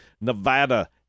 nevada